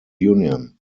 union